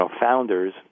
founders